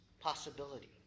possibility